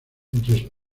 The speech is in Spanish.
entre